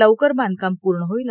लवकर बांधकाम पूर्ण होईल